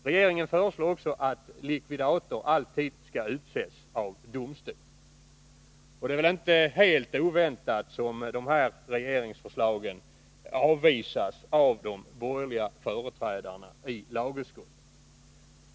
Regeringen föreslår också att likvidator alltid skall utses av domstol. Det är väl inte oväntat att dessa regeringsförslag avvisas av de borgerliga företrädarna i lagutskottet.